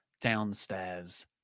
downstairs